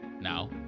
Now